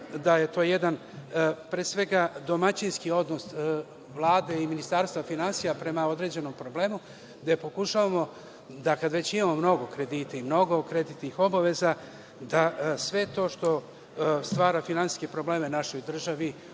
da je to jedan, pre svega, domaćinski odnos Vlade i Ministarstva finansija prema određenom problemu, gde pokušavamo da kad već imamo mnogo kredita i mnogo kreditnih obaveza, da sve to što stvara finansijske probleme našoj državi